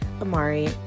amari